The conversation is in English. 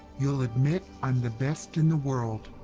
you'll admit i'm the best in the world!